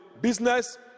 business